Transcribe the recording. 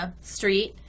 street